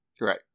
Right